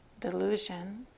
delusion